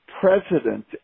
president